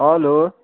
hello